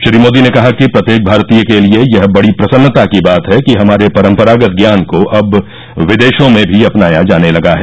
श्री मोदी ने कहा कि प्रत्येक भारतीय के लिए यह बड़ी प्रसन्नता की बात है कि हमारे परंपरागत ज्ञान को अब विदेशों में भी अपनाया जाने लगा है